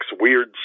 weird